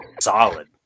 solid